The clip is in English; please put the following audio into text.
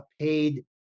paid